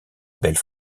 belle